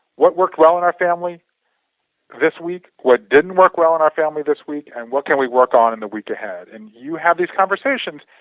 what works well in our family this week, what didn't work well in our family this week and what can we work on in the week ahead and you have these conversations.